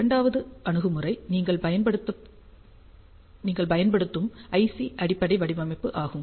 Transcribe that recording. இரண்டாவது அணுகுமுறை நீங்கள் பயன்படுத்தும் ஐசி அடிப்படை வடிவமைப்பு ஆகும்